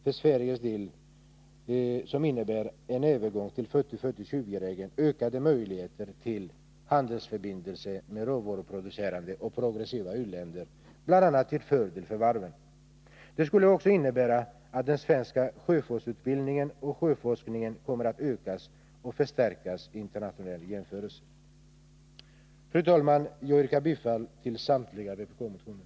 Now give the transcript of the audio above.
För Sveriges del innebär en övergång till 40 20-regeln ökade möjligheter till handelsförbindelser med råvaruproducerande och progressiva u-länder, bl.a. till fördel för varven. Den skulle också innebära att den svenska sjöbefälsutbildningen och sjöforskningen kommer att ökas och förstärkas i internationell jämförelse. Fru talman! Jag yrkar bifall till samtliga vpk-motioner.